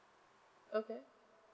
okay